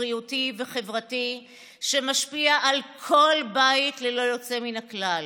בריאותי וחברתי שמשפיע על כל בית ללא יוצא מן הכלל.